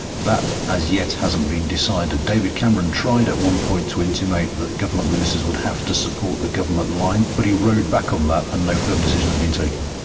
that as yet hasn't been decided. david cameron tried at one point to intimate that government ministers would have to support the government line, but he rowed back on that and no firm decision has been taken.